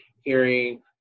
hearing